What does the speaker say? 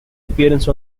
appearance